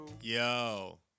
Yo